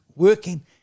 Working